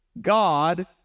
God